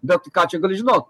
bet ką čia gali žinot